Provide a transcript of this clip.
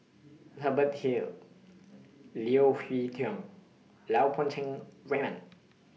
Hubert Hill Leo Hee Tong Lau Poo Raymond